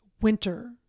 winter